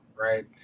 right